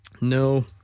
No